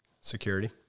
security